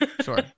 sure